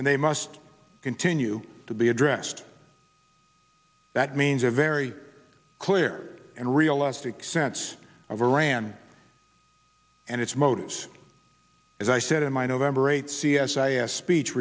and they must continue to be addressed that means a very clear and realistic sense of iran and its motives as i said in my november eight c s i s speech